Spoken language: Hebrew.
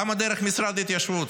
למה דרך משרד ההתיישבות?